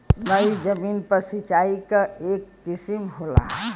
नयी जमीन पर सिंचाई क एक किसिम होला